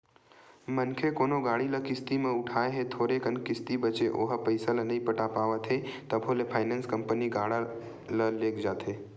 मनखे कोनो गाड़ी ल किस्ती म उठाय हे थोरे कन किस्ती बचें ओहा पइसा ल नइ पटा पावत हे तभो ले फायनेंस कंपनी गाड़ी ल लेग जाथे